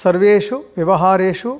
सर्वेषु व्यवहारेषु